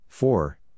Four